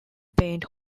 paint